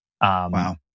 Wow